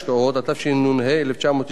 התשנ"ה 1995,